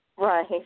Right